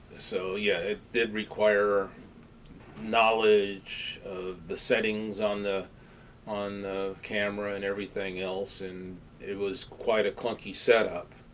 so, yeah, it did require knowledge, the settings on the on the camera and everything else, and it was quite a clunky setup.